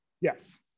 Yes